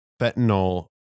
fentanyl